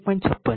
56 છે